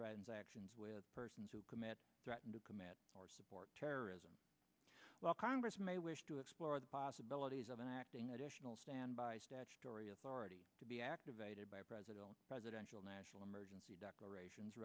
driver's actions with persons who commit threaten to commit or support terrorism well congress may wish to explore the possibilities of an acting additional standby statutory authority to be activated by president presidential national emergency declarations